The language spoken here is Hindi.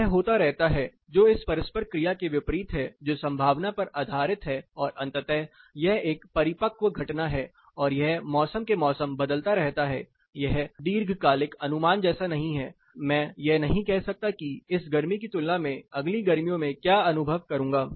यह होता रहता है जो इस परस्पर क्रिया के विपरीत है जो संभावना पर आधारित है और अंततः यह एक परिपक्व घटना है और यह मौसम के मौसम बदलता रहता है यह दीर्घकालिक अनुमान जैसा नहीं है मैं यह नहीं कह सकता कि इस गर्मी की तुलना में मैं अगली गर्मियों में क्या अनुभव करूंगा